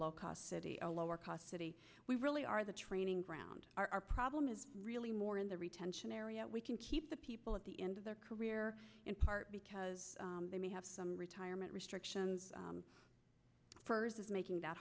low cost city a lower cost city we really are the training ground our problem is really more in the retention area we can keep the people at the end of their career in part because they may have some retirement restrictions for making that